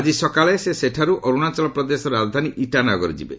ଆଜି ସକାଳେ ସେ ସେଠାରୁ ଅରୁଣାଚଳପ୍ରଦେଶର ରାଜଧାନୀ ଇଟାନଗର ଯିବେ